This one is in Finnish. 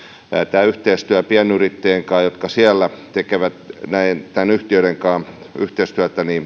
tämä yhteistyö pienyrittäjien kanssa jotka siellä tekevät näiden yhtiöiden kanssa yhteistyötä